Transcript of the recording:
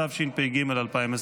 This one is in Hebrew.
התשפ"ג 2023,